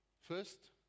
First